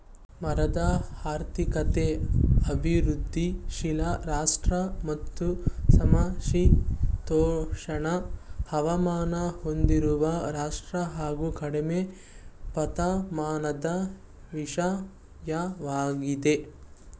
ಮರದ ಆರ್ಥಿಕತೆ ಅಭಿವೃದ್ಧಿಶೀಲ ರಾಷ್ಟ್ರ ಮತ್ತು ಸಮಶೀತೋಷ್ಣ ಹವಾಮಾನ ಹೊಂದಿರುವ ರಾಷ್ಟ್ರ ಹಾಗು ಕಡಿಮೆ ತಾಪಮಾನದ ವಿಷಯವಾಗಿದೆ